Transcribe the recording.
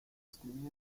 escribir